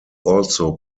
also